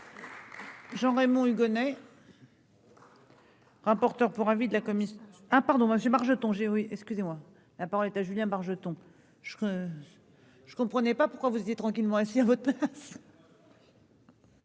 Jean-Raymond Hugonet. Rapporteur pour avis de la commission, hein, pardon monsieur j'ai oui, excusez-moi, la parole est à Julien Bargeton je je comprenais pas pourquoi vous étiez tranquillement assis à votre.